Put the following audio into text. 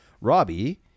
Robbie